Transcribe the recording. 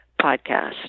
podcast